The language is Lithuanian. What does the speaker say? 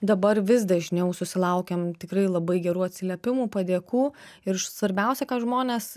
dabar vis dažniau susilaukiam tikrai labai gerų atsiliepimų padėkų ir svarbiausia ką žmonės